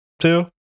two